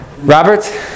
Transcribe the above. Robert